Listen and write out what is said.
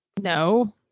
no